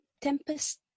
tempest